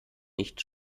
nicht